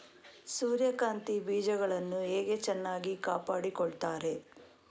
ಸೂರ್ಯಕಾಂತಿ ಬೀಜಗಳನ್ನು ಹೇಗೆ ಚೆನ್ನಾಗಿ ಕಾಪಾಡಿಕೊಳ್ತಾರೆ?